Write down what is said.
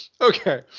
Okay